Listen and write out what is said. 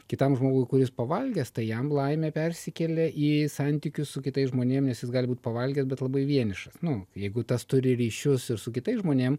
kitam žmogui kuris pavalgęs tai jam laimė persikelia į santykius su kitais žmonėm nes jis gali būti pavalgęs bet labai vienišas nu jeigu tas turi ryšius ir su kitais žmonėm